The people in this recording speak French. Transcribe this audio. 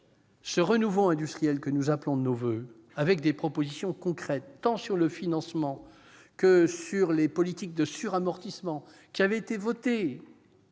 ce renouveau industriel que nous appelons de nos voeux, avec des propositions concrètes tant sur le financement que sur les politiques de suramortissement qui avaient été votées